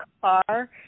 car